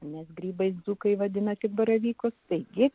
nes grybais dzūkai vadina tik baravykus taigi